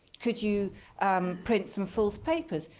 could you um print some false papers?